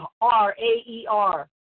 r-a-e-r